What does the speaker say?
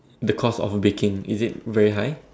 the cost of baking is it really high